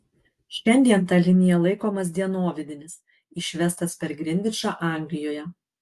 šiandien ta linija laikomas dienovidinis išvestas per grinvičą anglijoje